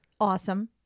Awesome